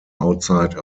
outside